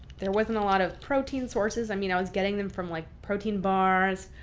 there wasn't a lot of protein sources. i mean, i was getting them from like protein bars.